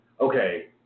okay